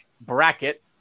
bracket